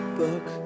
book